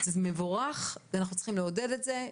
זה מבורך ואנחנו צריכים לעודד את זה.